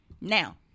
Now